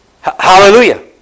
Hallelujah